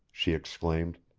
she exclaimed.